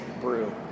Brew